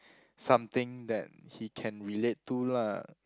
something that he can relate to lah